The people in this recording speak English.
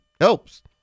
helps